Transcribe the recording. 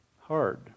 hard